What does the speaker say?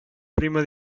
prima